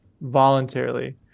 voluntarily